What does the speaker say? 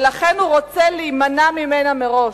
ולכן הוא רוצה להימנע ממנה מראש.